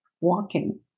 walking